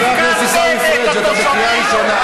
חבר הכנסת עיסאווי פריג', אתה בקריאה ראשונה.